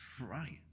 right